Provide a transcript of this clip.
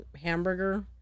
hamburger